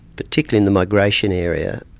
particularly in the migration area.